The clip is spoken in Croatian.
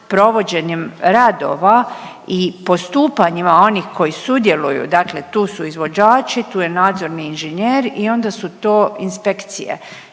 provođenjem radova i postupanjima onih koji sudjeluju, dakle tu su izvođači, tu je nadzorni inženjer i onda su to inspekcije